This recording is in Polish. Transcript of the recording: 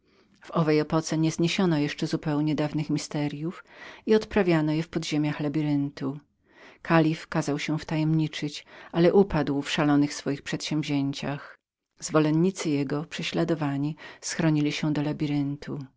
w owej epoce nie zniesiono jeszcze zupełnie dawnych tajemnic i odprawiano je w podziemiach labiryntu kalif kazał się wtajemniczyć ale upadł w szalonych swoich przedsięwzięciach zwolennicy jego prześladowani schronili się do